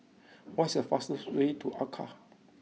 what is the fastest way to Accra